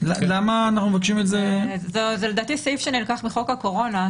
לדעתי זה סעיף שנלקח מחוק הקורונה.